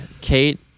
Kate